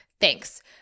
Thanks